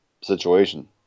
situation